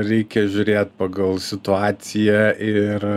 reikia žiūrėt pagal situaciją ir